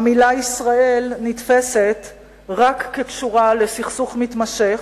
המלה "ישראל" נתפסת רק כקשורה לסכסוך מתמשך,